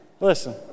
Listen